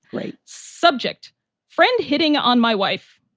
right subject friend hitting on my wife.